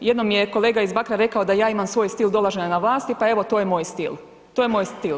Jednom je kolega iz Bakra rekao da ja imam svoj stil dolaženja na vlasti, pa evo to je moj stil, to je moj stil.